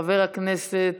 חבר הכנסת